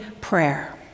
prayer